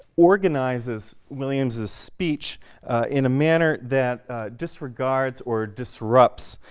organizes williams's speech in a manner that disregards or disrupts